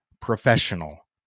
professional